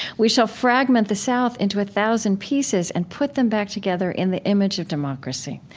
we shall fragment the south into a thousand pieces and put them back together in the image of democracy.